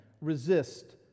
resist